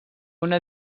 una